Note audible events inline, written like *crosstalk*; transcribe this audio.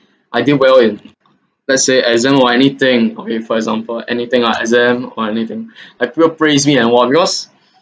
*breath* I did well in let's say exam or anything okay for example anything lah exam or anything *breath* and people praise me and !wow! because *breath*